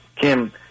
Kim